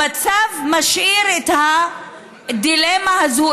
המצב משאיר את הדילמה הזאת,